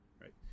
Right